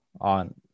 on